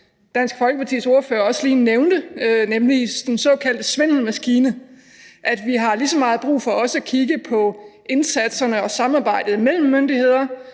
Dansk Folkepartis ordfører også lige nævnte, nemlig den såkaldte svindelmaskine, har vi lige så meget brug for også at kigge på indsatserne og samarbejdet mellem myndigheder,